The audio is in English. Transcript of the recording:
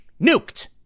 Nuked